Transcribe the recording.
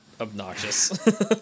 Obnoxious